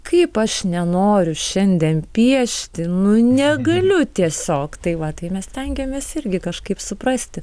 kaip aš nenoriu šiandien piešti nu negaliu tiesiog tai va tai mes stengiamės irgi kažkaip suprasti